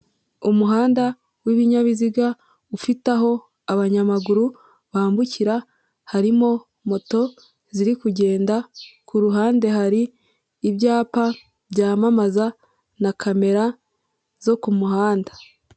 Umuhanda w'ibinyabiziga ufite aho abanyamaguru bambukira, harimo moto ziri kugenda ku ruhande hari ibyapa byamamaza na kamera zo kumuhanda.